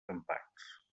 empats